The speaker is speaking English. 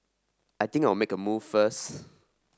I think I'll make a move first